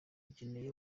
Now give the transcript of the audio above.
dukeneye